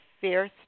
fierce